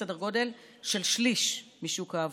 סדר גודל של שליש משוק העבודה.